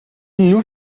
nous